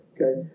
Okay